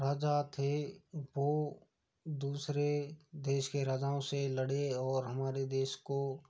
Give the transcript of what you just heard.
राजा थे वो दूसरे देश के राजाओं से लड़े और हमारे देश को